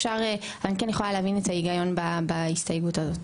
אני כן יכולה להבין את ההיגיון בהסתייגות הזאת.